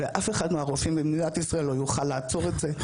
ואף אחד מהרופאים במדינת ישראל לא יוכל לעצור את זה.